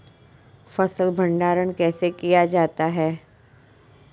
फ़सल भंडारण कैसे किया जाता है?